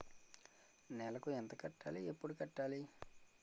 నెలకు ఎంత కట్టాలి? ఎప్పుడు కట్టాలి?